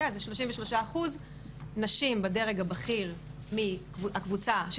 אז זה 33% נשים בדרג הבכיר מהקבוצה של